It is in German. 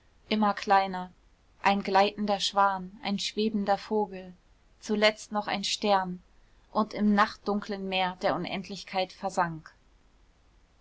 immer kleiner ein gleitender schwan ein schwebender vogel zuletzt nur noch ein stern und im nachtdunklen meer der unendlichkeit versank